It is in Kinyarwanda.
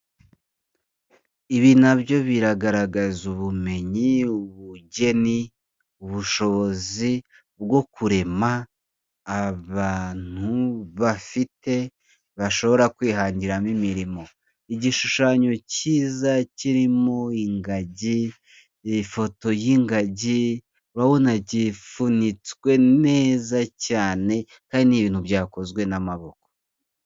Ibi n'abyo biragaragaza ubumenyi, ubugeni, ubushobozi bwo kurema abantu bafite bashobora kwihangiramo imirimo. Igishushanyo cyiza kirimo ingagi, ifoto y'ingagi urabona gipfunitswe neza cyane kandi n'ibintu byakozwe n'amaboko.